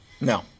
No